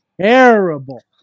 terrible